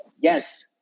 Yes